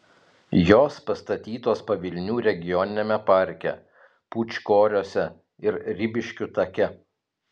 jos pastatytos pavilnių regioniniame parke pūčkoriuose ir ribiškių take